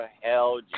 hell